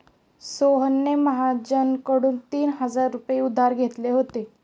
सोहनने महाजनकडून तीन हजार रुपये उधार घेतले होते